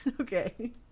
Okay